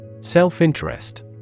Self-interest